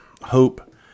hope